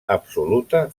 absoluta